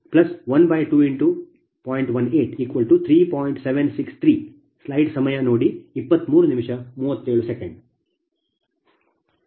ವಾಸ್ತವವಾಗಿ Pg2 ನಿಮ್ಮ ಸ್ಥಿರತೆಯನ್ನು 350 ಕ್ಕೆ ಹೊಂದಿದೆ